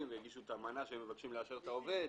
והגישו את האמנה שהם מבקשים לאשר את העובד.